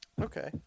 Okay